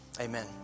amen